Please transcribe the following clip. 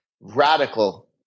radical